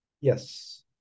Yes